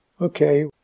Okay